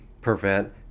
prevent